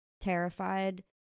terrified